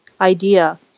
idea